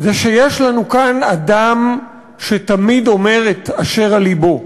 זה שיש לנו כאן אדם שתמיד אומר את אשר על לבו.